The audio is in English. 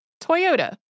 Toyota